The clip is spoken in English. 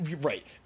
right